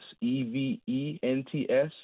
e-v-e-n-t-s